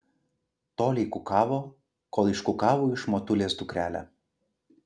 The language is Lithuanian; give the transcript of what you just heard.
tolei kukavo kol iškukavo iš motulės dukrelę